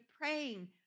praying